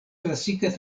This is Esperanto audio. klasika